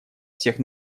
всех